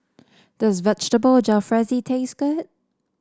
does Vegetable Jalfrezi taste good